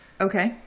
Okay